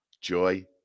joy